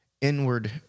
inward